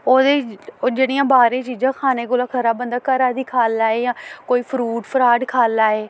ओह्दे ओह् जेह्ड़ियां बाह्रे दियां चीजां खाने कोला खरा बंदा घरा दी खाई लैऽ जां कोई फ्रूट फ्राट खाई लैऐ